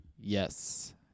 Yes